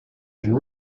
and